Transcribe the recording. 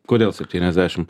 kodėl septyniasdešim